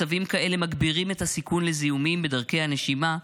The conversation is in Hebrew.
מצבים כאלה מגבירים את הסיכון לזיהומים בדרכי הנשימה,